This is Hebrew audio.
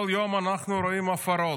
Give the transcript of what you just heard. כל יום אנחנו רואים הפרות.